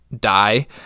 die